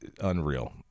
unreal